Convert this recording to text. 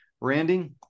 Randy